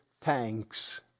thanks